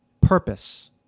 purpose